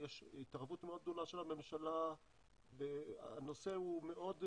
יש התערבות מאוד גדולה של הממשלה והנושא הוא מאוד סבוך.